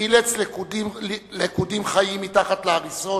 חילץ לכודים חיים מתחת להריסות,